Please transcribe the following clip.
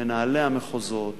מנהלי המחוזות,